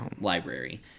library